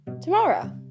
tomorrow